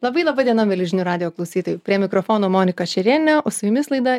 labai laba diena mieli žinių radijo klausytojai prie mikrofono monika šerienė o su jumis laida